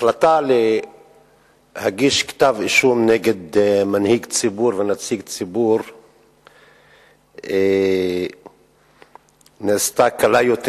החלטה להגיש כתב אישום נגד מנהיג ציבור ונציג ציבור נעשתה קלה יותר.